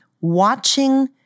watching